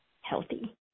healthy